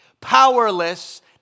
powerless